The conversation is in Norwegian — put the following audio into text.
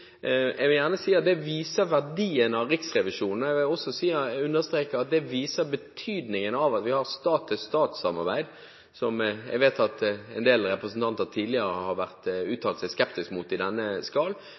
at det viser verdien av Riksrevisjonen, og jeg vil også understreke at det viser betydningen av at vi har et stat-til-stat-samarbeid, som jeg vet at en del representanter tidligere har